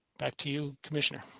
back to you commissioner.